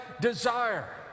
desire